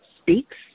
speaks